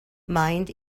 mind